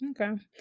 Okay